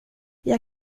jag